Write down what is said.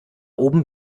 oben